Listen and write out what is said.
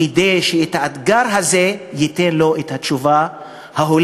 כדי שהאתגר הזה, הוא ייתן לו את התשובה ההולמת,